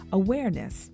awareness